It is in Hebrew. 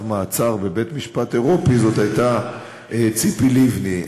מעצר בבית-משפט אירופי הייתה ציפי לבני.